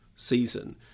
season